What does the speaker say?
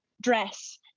dress